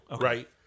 right